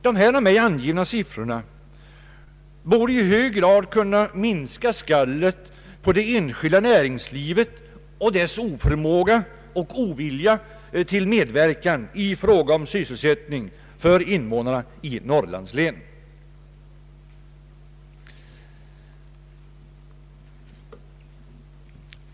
De av mig angivna siffrorna borde i hög grad kunna minska skallet på det enskilda näringslivet och dess oför måga och ovilja till medverkan i fråga om sysselsättning för invånarna i Norrlandslänen.